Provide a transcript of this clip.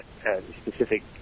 specific